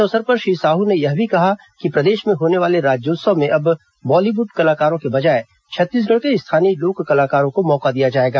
अवसर इस पर श्री साहू ने यह भी कहा कि प्रदेश में होने वाले राज्योत्सव में अब बॉलीवुड कलाकारों के बजाए छत्तीसगढ़ के स्थानीय लोक कलाकारों को मौका दिया जाएगा